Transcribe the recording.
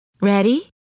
Ready